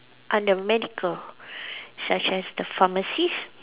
under medical such as the pharmacies